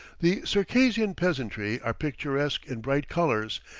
the circassian peasantry are picturesque in bright colors,